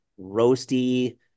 roasty